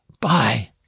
Bye